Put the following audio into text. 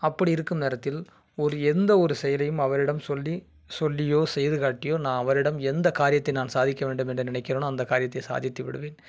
அப்படி இருக்கும் நேரத்தில் ஒரு எந்த ஒரு செயலையும் அவரிடம் சொல்லி சொல்லியோ செய்து காட்டியோ நான் அவரிடம் எந்த காரியத்தை நான் சாதிக்க வேண்டும் என்று நினைக்கிறேன்னோ அந்த காரியத்தை சாதித்து விடுவேன்